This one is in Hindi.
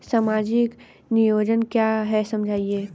सामाजिक नियोजन क्या है समझाइए?